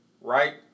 right